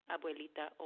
Abuelita